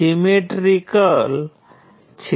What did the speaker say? અમુક જગ્યાએ કંડક્ટન્સ નો ઉપયોગ કરવો વધુ અનુકૂળ છે